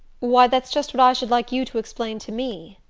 why, that's just what i should like you to explain to me.